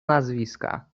nazwiska